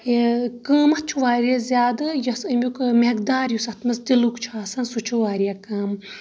قۭمتھ چھُ واریاہ زیٛادٕ یۄس اَمیُک مٮ۪قدار یُس اَتھ منٛز تِلُک چھُ آسان سُہ چھُ واریاہ کم